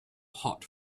hot